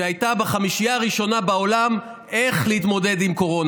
שהייתה בחמישייה הראשונה בעולם איך להתמודד עם קורונה.